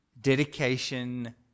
dedication